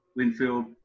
Linfield